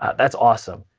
that's awesome.